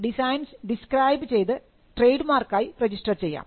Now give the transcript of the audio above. designs describe ചെയ്തു trademark ആയി register ചെയ്യാം